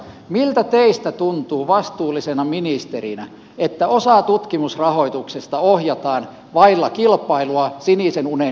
miltä teistä tuntuu vastuullisena ministerinä että osa tutkimusrahoituksesta ohjataan vailla kilpailua sinisen unen kirjoittamiseen